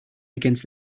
against